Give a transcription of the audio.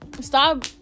Stop